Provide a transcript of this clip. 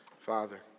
Father